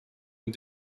and